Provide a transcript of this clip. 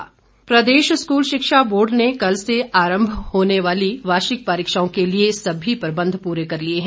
शिक्षा बोर्ड प्रदेश स्कूल शिक्षा बोर्ड ने कल से आरंभ होने जा रही वार्षिक परीक्षाओं के लिए सभी प्रबंध पूरे कर लिए हैं